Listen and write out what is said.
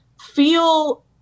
feel